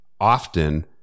often